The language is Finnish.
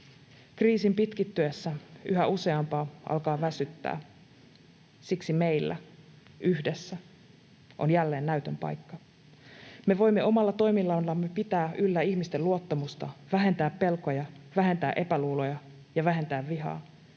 Kriisin pitkittyessä yhä useampaa alkaa väsyttää, siksi meillä — yhdessä — on jälleen näytön paikka. Me voimme omalla toiminnallamme pitää yllä ihmisten luottamusta, vähentää pelkoja, vähentää epäluuloja ja vähentää vihaa.